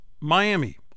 Miami